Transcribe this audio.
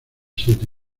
siete